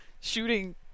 shooting